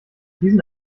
diesen